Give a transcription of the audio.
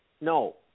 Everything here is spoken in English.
No